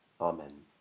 Amen